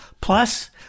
plus